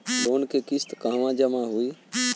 Loan के किस्त कहवा जामा होयी?